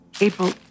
April